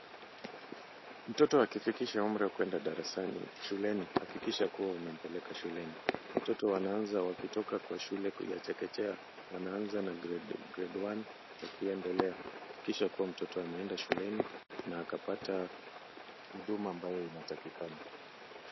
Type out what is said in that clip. Mtoto akifikisha umri wa kuenda shuleni hakikisha kuwa umempeleka shuleni. Watoto wanaanza wakitoka kwa shule ya chekechea wanaanza na grade one wakiendelea. Hakikisha kuwa mtoto ameenda shuleni na akapata huduma ambayo inatakikana.